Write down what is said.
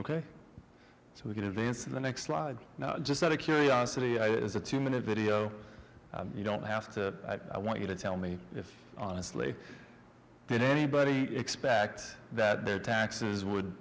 ok so we can advance to the next slide now just out of curiosity it is a two minute video you don't have to i want you to tell me if honestly did anybody expect that their taxes would